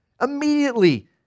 immediately